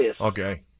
Okay